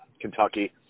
Kentucky